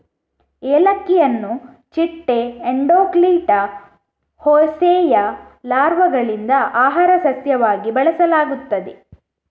ಏಲಕ್ಕಿಯನ್ನು ಚಿಟ್ಟೆ ಎಂಡೋಕ್ಲಿಟಾ ಹೋಸೆಯ ಲಾರ್ವಾಗಳಿಂದ ಆಹಾರ ಸಸ್ಯವಾಗಿ ಬಳಸಲಾಗುತ್ತದೆ